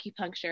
acupuncture